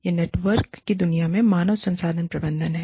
यह नेटवर्क की दुनिया में मानव संसाधन प्रबंधन है